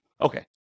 okay